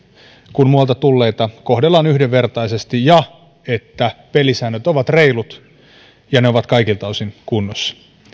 kuin muualta tulleita kohdellaan yhdenvertaisesti ja että pelisäännöt ovat reilut ja ne ovat kaikilta osin kunnossa